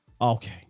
Okay